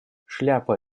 шляпа